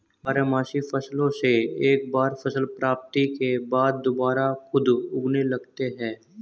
बारहमासी फसलों से एक बार फसल प्राप्ति के बाद दुबारा खुद उगने लगते हैं